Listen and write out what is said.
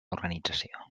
organització